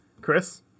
Chris